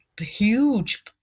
huge